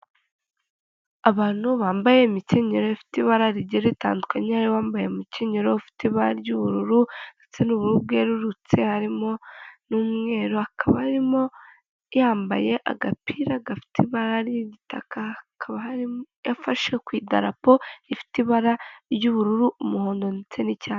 Abantu bambaye imikenyero ifite ibara rigiye ritandukanye, hariho uwambaye umukenyero ufite ibara ry'ubururu ndetse n'ubururu bwerurutse harimo n'umweru hakaba harimo, yambaye agapira karimo ibara ry'igitaka akaba afashe ku idarapo rifite ibara ry'ubururu, umuhondo ndetse n'icyatsi.